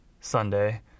Sunday